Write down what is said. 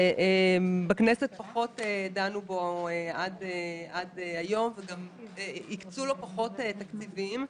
שבכנסת פחות דנו בו עד היום והקצו לו פחות תקציבים.